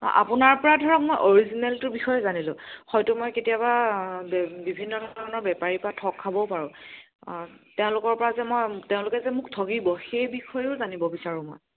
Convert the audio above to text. আপোনাৰপৰা ধৰক মই অৰিজিনেলটোৰ বিষয়ে জানিলোঁ হয়তো মই কেতিয়াবা বিভিন্ন ধৰণৰ বেপাৰীৰপৰা ঠগ খাবও পাৰোঁ তেওঁলোকৰপৰা যে মই তেওঁলোকে যে মোক ঠগিব সেই বিষয়েও জানিব বিচাৰোঁ মই